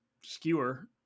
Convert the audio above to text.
skewer